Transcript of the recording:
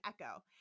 echo